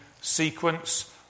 sequence